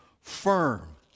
firm